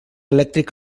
elèctric